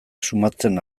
sumatzen